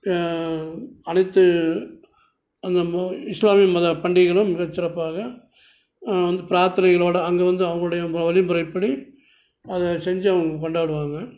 அனைத்து அந்த மா இஸ்லாமிய மத பண்டிகைகளும் மிகச்சிறப்பாக வந்து பிராத்தனைகளோட அங்க வந்து அவங்களோடைய ம வழிமுறைப்படி அதை செஞ்சி அவங்க கொண்டாடுவாங்க